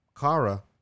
Kara